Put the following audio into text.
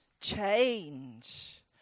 Change